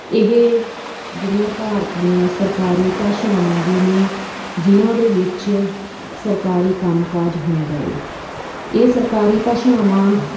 ਇਹ ਜਿਹੜੀਆਂ ਭਾਰਤ ਦੀਆਂ ਸਰਕਾਰੀ ਭਾਸ਼ਾਵਾਂ ਵੀ ਨੇ ਜਿਨ੍ਹਾਂ ਦੇ ਵਿੱਚ ਸਰਕਾਰੀ ਕੰਮਕਾਜ ਹੁੰਦਾ ਹੈ ਇਹ ਸਰਕਾਰੀ ਭਾਸ਼ਾਵਾਂ